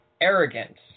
arrogance